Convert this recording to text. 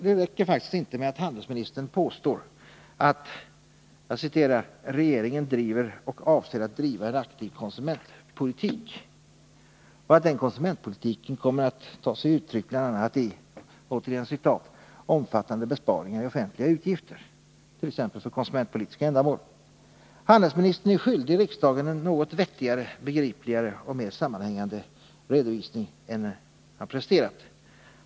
Det räcker faktiskt inte med att handelsministern påstår att ”regeringen driver och avser att driva en aktiv konsumentpolitik” och att den konsumentpolitiken kommer att ta sig uttryck bl.a. i ”omfattande besparingar i offentliga utgifter”, t.ex. för konsumentpolitiska ändamål. Handelsministern är skyldig riksdagen en något vettigare, begripligare och mer sammanhängande redovisning än han presterat.